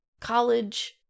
college